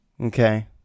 Okay